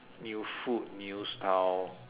new food new style